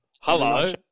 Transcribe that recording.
Hello